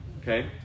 Okay